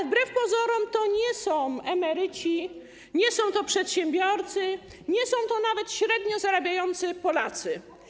Wbrew pozorom to nie są emeryci, nie są to przedsiębiorcy, nie są to nawet średnio zarabiający Polacy.